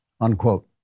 unquote